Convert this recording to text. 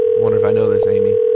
wonder if i know this amy.